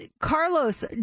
Carlos